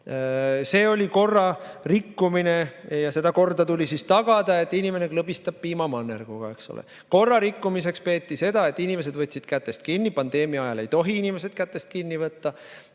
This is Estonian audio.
See oli korrarikkumine ja kord tuli tagada, kui inimene klõbistas piimamannerguga, eks ole. Korrarikkumiseks peeti seda, et inimesed võtsid kätest kinni – pandeemia ajal ei tohi inimesed kätest kinni võtta